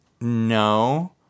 No